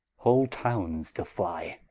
whole townes to flye.